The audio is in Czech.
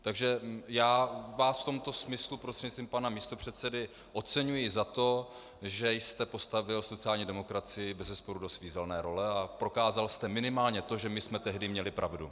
Takže vás v tomto smyslu prostřednictvím pana místopředsedy oceňuji za to, že jste postavil sociální demokracii bezesporu do svízelné role a prokázal jste minimálně to, že my jsme tehdy měli pravdu.